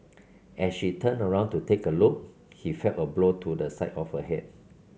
as she turned around to take a look he felt a blow to the side of her head